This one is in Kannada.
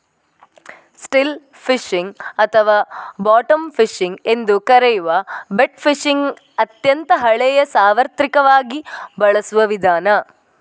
ಸ್ಟಿಲ್ ಫಿಶಿಂಗ್ ಅಥವಾ ಬಾಟಮ್ ಫಿಶಿಂಗ್ ಎಂದೂ ಕರೆಯುವ ಬೆಟ್ ಫಿಶಿಂಗ್ ಅತ್ಯಂತ ಹಳೆಯ ಸಾರ್ವತ್ರಿಕವಾಗಿ ಬಳಸುವ ವಿಧಾನ